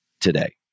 today